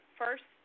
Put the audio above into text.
first